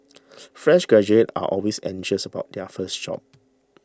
fresh graduates are always anxious about their first job